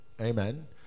Amen